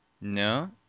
No